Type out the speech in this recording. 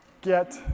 get